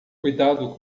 cuidado